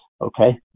okay